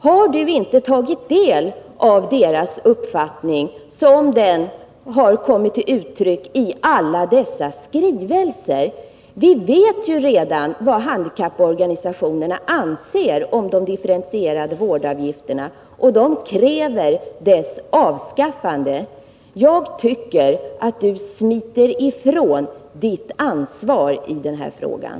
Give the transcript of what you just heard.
Har du inte tagit del av deras uppfattning såsom den har kommit till uttryck i alla dessa skrivelser? Vi vet ju redan vad handikapporganisationerna anser om de differentierade vårdavgifterna. De kräver deras avskaffande. Jag tycker att du smiter ifrån ditt ansvar i den här frågan.